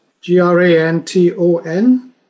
G-R-A-N-T-O-N